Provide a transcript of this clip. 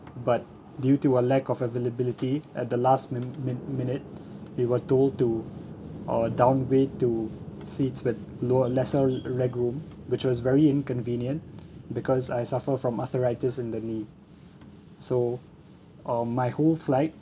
but due to a lack of availability at the last min~ min~ minute we were told to uh downgrade to seats with lower lesser legroom which was very inconvenient because I suffer from arthritis in the knee so uh my whole flight